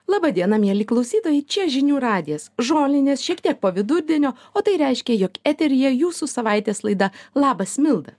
laba diena mieli klausytojai čia žinių radijas žolines šiek tiek po vidurdienio o tai reiškia jog eteryje jūsų savaitės laida labas milda